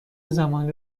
زمانی